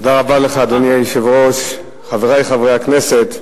אדוני היושב-ראש, תודה רבה לך, חברי חברי הכנסת,